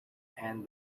and